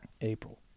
April